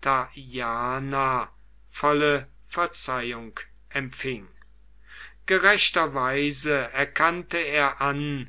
tyana volle verzeihung empfing gerechterweise erkannte er an